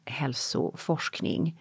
hälsoforskning